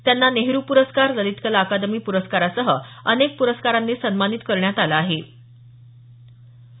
त्यांना नेहरु प्रस्कार ललित कला अकादमी प्रस्कारासह अनेक प्रस्कारांनी सन्मानित करण्यात आलं होतं